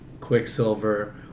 Quicksilver